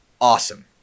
awesome